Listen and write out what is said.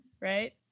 right